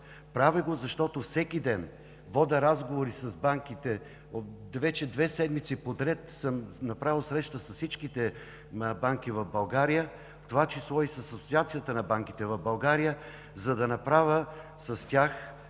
Правя го, защото всеки ден водя разговори с банките. Вече две седмици поред съм направил срещи с всичките банки в България, в това число и с Асоциацията на банките в България, за да направя с тях